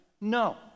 No